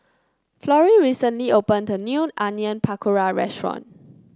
Florrie recently opened a new Onion Pakora restaurant